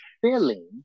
feeling